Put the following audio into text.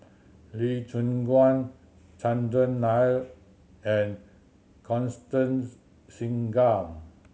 Lee Choon Guan Chandran Nair and Constance Singam